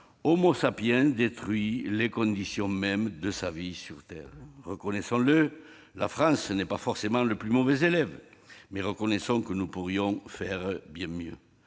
l'histoire, détruit les conditions mêmes de sa vie sur Terre. La France n'est pas forcément le plus mauvais élève, mais reconnaissons que nous pourrions faire bien mieux.